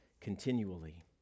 continually